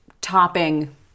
topping